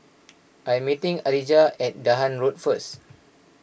I am meeting Alijah at Dahan Road first